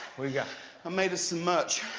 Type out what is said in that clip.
yeah um made us some merch,